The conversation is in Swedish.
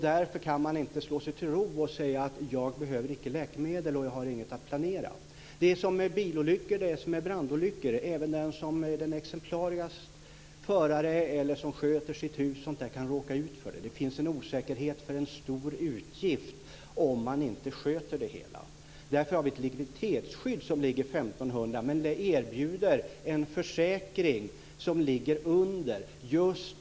Därför kan människor inte slå sig till ro och säga: Jag behöver icke läkemedel och har inget att planera. Det är som med bilolyckor och brandolyckor, där även den mest exemplariska föraren eller den som sköter sitt hus kan råka illa ut. Det finns en osäkerhet inför en så stor utgift om man inte sköter det hela. Därför har vi ett likviditetsskydd som ligger på 1 500 kr men erbjuder en försäkring som ligger under denna summa.